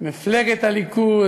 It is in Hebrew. מפלגת הליכוד,